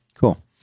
Cool